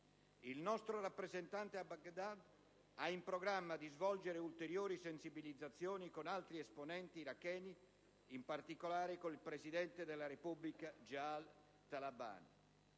Il nostro rappresentante a Baghdad ha in programma di svolgere ulteriori sensibilizzazioni con altri esponenti iracheni, in particolare con il presidente della Repubblica Jalal Talabani.